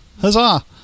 Huzzah